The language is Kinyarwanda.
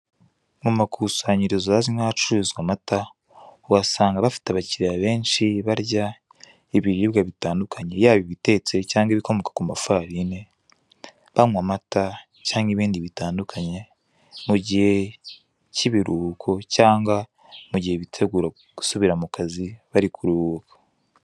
Mu makusanyirizo hazwi nkahacururizwa amata uhasanga bafite abakiriya benshe! Barya ibiribwa bitandukanye Yaba ibitetse cyangwa ibikomoka kumafarini banywa amata cyangwa ibindi bitandukanye mugihe kibiruhuko cyangwa mugihe bitegura gusubira mu kazi bari kuruhuka.